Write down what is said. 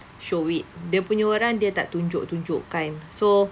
show it dia punya orang dia tak tunjuk tunjukkan so